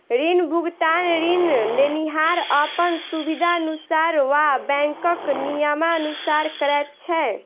ऋण भुगतान ऋण लेनिहार अपन सुबिधानुसार वा बैंकक नियमानुसार करैत छै